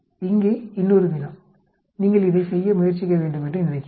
இங்கே இன்னொரு வினா நீங்கள் இதைச் செய்ய முயற்சிக்க வேண்டும் என்று நினைக்கிறேன்